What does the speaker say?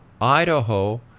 Idaho